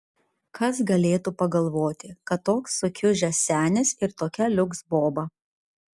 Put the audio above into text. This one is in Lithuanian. kas galėtų pagalvoti kad toks sukiužęs senis ir tokia liuks boba